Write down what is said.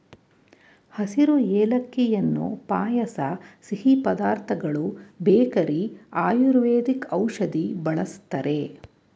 ಹಸಿರು ಏಲಕ್ಕಿಯನ್ನು ಪಾಯಸ ಸಿಹಿ ಪದಾರ್ಥಗಳು ಬೇಕರಿ ಆಯುರ್ವೇದಿಕ್ ಔಷಧಿ ಬಳ್ಸತ್ತರೆ